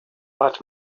but